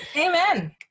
Amen